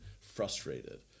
frustrated